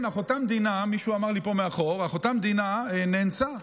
מישהו אמר לי פה מאחור, אחותי המדינה נאנסה.